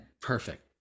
perfect